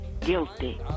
guilty